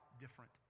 different